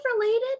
related